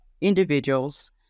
individuals